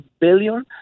billion